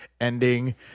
ending